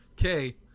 Okay